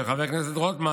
של חבר הכנסת רוטמן,